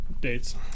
dates